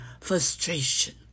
frustration